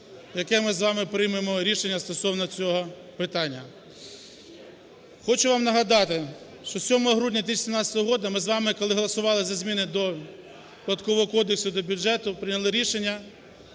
яке ми з вами приймемо рішення стосовно цього питання. Хочу вам нагадати, що 7 грудня 2017 року ми з вами, коли голосували за зміни до Податкового кодексу і до бюджету, прийняли рішення,